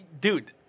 dude